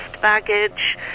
baggage